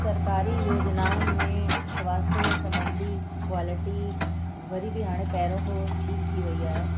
सरकारी योजनाउनि में स्वास्थय जे संबधी क्वालिटी वरी बि हाणे पहिरों खां ठीकु थी वेई आहे